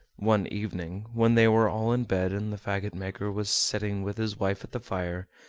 one evening, when they were all in bed and the fagot-maker was sitting with his wife at the fire,